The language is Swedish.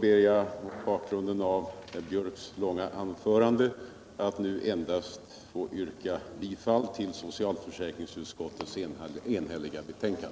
ber jag, mot bakgrund av herr Biörcks i Värmdö långa anförande, nu endast att få yrka bifall till socialförsäkringsutskottets enhälliga hemställan.